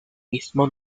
mismo